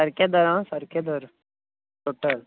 सारके धर आ सारके धर